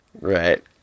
Right